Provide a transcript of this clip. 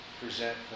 present